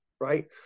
right